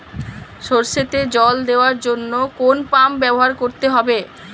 সরষেতে জল দেওয়ার জন্য কোন পাম্প ব্যবহার করতে হবে?